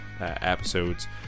episodes